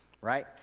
right